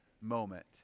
moment